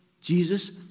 Jesus